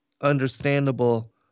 understandable